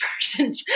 person